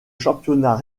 championnat